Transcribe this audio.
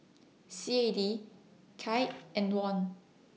C A D Kyat and Won